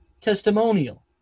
testimonial